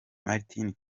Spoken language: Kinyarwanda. martin